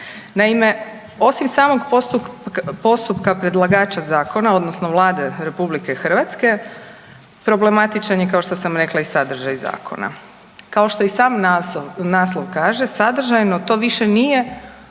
Naime, osim samog postupka predlagača zakona odnosno Vlade RH problematičan je kao što sam rekla i sadržaj zakona. Kao što i sam naslov kaže, sadržajno to više nije